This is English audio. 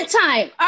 time